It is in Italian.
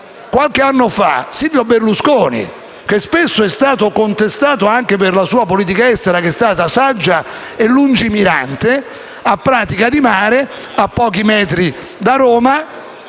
qualche anno fa Silvio Berlusconi, che spesso è stato contestato anche per la sua politica estera, che è stata saggia e lungimirante, a Pratica di Mare, a pochi metri da Roma,